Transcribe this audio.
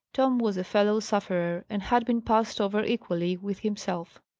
tom was a fellow-sufferer, and had been passed over equally with himself.